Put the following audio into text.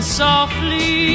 softly